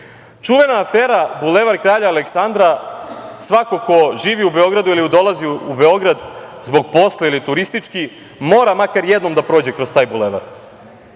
afera Bulevar kralja Aleksandra, svako ko živi u Beogradu ili dolazi u Beograd zbog posla ili turistički mora makar jednom da prođe kroz taj Bulevar. To